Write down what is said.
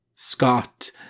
Scott